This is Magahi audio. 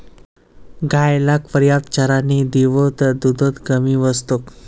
गाय लाक पर्याप्त चारा नइ दीबो त दूधत कमी वस तोक